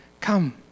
Come